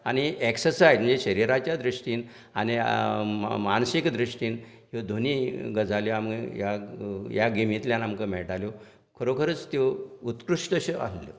आनी एक्सरसायज ही शरिराच्या दृश्टिन आनी मा मानसीक दृश्टिन ह्यो दोनीय गजाली आमी ह्या ह्या गेमितल्यान आमकां मेळटाल्यो खरोखरच त्यो उत्कृश्ट अश्यो आहल्यो